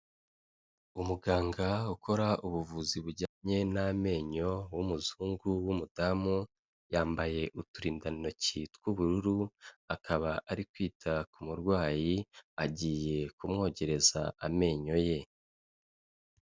Umuganga ukora ubuvuzi bujyanye n'amenyo w'umuzungu w'umudamu, yambaye uturindantoki tw'ubururu akaba ari kwita ku murwayi agiye kumwogereza amenyo ye.